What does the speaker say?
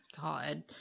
God